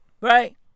Right